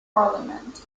parliament